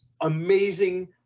amazing